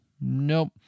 Nope